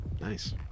Nice